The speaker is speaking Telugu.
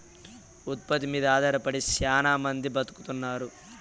ఉత్పత్తి మీద ఆధారపడి శ్యానా మంది బతుకుతున్నారు